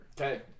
okay